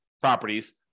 properties